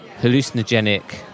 hallucinogenic